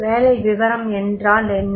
வேலை விவரம் என்றால் என்ன